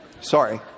Sorry